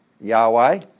Yahweh